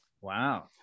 Wow